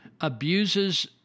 abuses